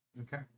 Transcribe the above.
Okay